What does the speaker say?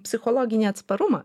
psichologinį atsparumą